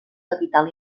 capital